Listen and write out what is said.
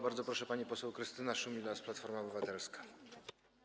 Bardzo proszę, pani poseł Krystyna Szumilas, Platforma Obywatelska.